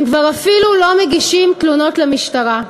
הם כבר אפילו לא מגישים תלונות למשטרה.